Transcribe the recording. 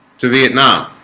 to vietnam